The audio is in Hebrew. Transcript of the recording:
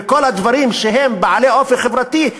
וכל הדברים שהם בעלי אופי חברתי,